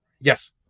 Yes